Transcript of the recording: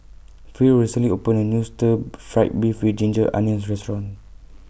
Phil recently opened A New Stir Fried Beef with Ginger Onions Restaurant